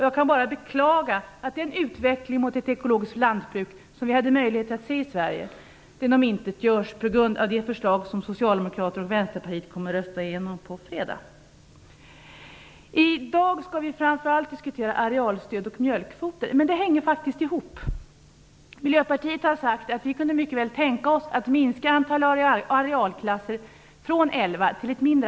Jag kan bara beklaga att den utveckling mot ett ekologiskt lantbruk som vi hade möjlighet att se i Sverige omintetgörs till följd av det förslag om Socialdemokraterna och Vänsterpartiet kommer att rösta igenom på fredag. I dag skall vi framför allt diskutera arealstöd och mjölkkvoter. Det hänger faktiskt ihop. Miljöpartiet har sagt att vi mycket väl kan tänka oss att minska antalet arealklasser från dagens elva.